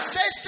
Say